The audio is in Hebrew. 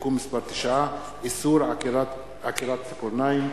(תיקון מס' 9) (איסור עקירת ציפורניים),